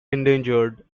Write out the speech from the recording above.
endangered